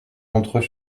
montreux